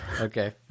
Okay